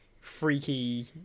freaky